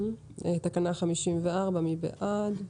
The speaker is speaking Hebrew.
תקנה 54, מי בעד?